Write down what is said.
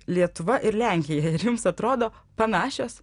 lietuva ir lenkija jums atrodo panašios